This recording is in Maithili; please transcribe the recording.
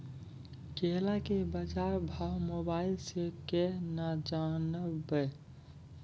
केला के बाजार भाव मोबाइल से के ना जान ब?